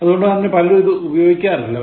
അതു കൊണ്ടുതന്നെ പലരും ഇത് ഉപയോഗിക്കാറില്ല